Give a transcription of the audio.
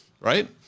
right